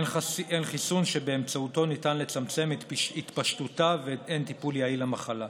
אין חיסון שבאמצעותו ניתן לצמצם את התפשטותה ואין טיפול יעיל למחלה.